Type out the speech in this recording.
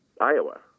Iowa